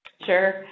Sure